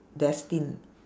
destined